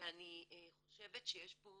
ואני חושבת שיש פה